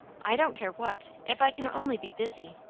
i don't care what if i can only be busy.